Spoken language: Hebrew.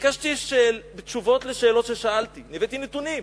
ביקשתי תשובות על השאלות ששאלתי, הבאתי נתונים,